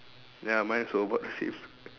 ya mine also about the same